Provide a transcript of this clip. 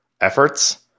efforts